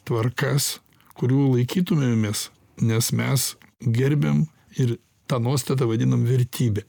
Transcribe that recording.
tvarkas kurių laikytumėmės nes mes gerbiam ir tą nuostatą vadinam vertybe